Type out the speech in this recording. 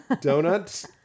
Donuts